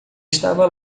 estava